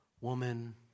woman